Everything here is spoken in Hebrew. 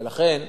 ולכן,